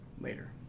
later